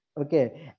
Okay